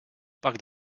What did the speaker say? parc